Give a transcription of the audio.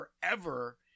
forever